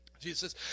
Jesus